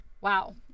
Wow